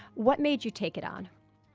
what made you take it on?